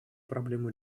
проблему